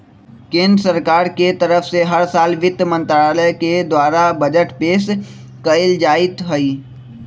केन्द्र सरकार के तरफ से हर साल वित्त मन्त्रालय के द्वारा बजट पेश कइल जाईत हई